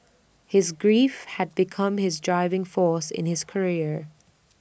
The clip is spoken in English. his grief had become his driving force in his career